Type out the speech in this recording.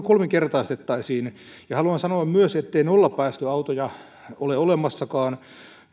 kolminkertaistettaisiin haluan sanoa myös ettei nollapäästöautoja ole olemassakaan